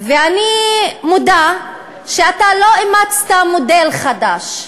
אני מודה שאתה לא אימצת מודל חדש.